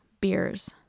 beers